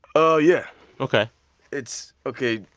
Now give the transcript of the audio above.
ah yeah ok it's ok,